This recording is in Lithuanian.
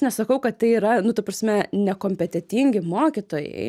nesakau kad tai yra nu ta prasme nekompetentingi mokytojai